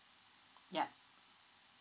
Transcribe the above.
yup